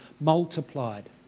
Multiplied